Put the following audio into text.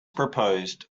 proposed